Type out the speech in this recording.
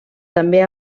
també